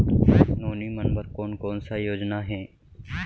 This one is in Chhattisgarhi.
नोनी मन बर कोन कोन स योजना हे?